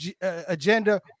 agenda